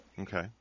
Okay